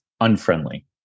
unfriendly